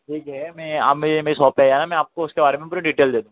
ठीक है मैं आप मुझे मेरे शॉप पे आएं मैं आपको उसके बारे में पूरे डिटेल दे दूं